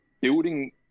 building